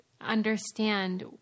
understand